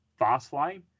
Fastlane